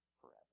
forever